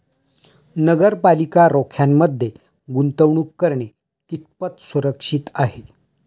नगरपालिका रोख्यांमध्ये गुंतवणूक करणे कितपत सुरक्षित आहे?